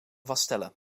vaststellen